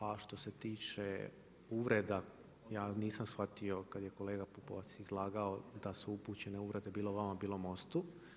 A što se tiče uvreda, ja nisam shvatio kad je kolega Pupovac izlagao da su upućene uvrede bilo vama, bilo MOST-u.